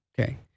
Okay